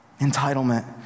Entitlement